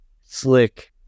slick